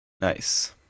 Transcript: Nice